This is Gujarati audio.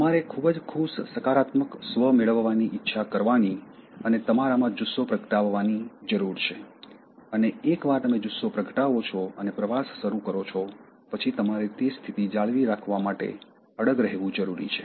તમારે ખૂબ જ ખુશ સકારાત્મક સ્વ મેળવવાની ઇચ્છા કરવાની અને તમારામાં જુસ્સો પ્રગટાવવાની જરૂર છે અને એકવાર તમે જુસ્સો પ્રગટાવો છો અને પ્રવાસ શરૂ કરો છો પછી તમારે તે સ્થિતિ જાળવી રાખવા માટે અડગ રહેવું જરૂરી છે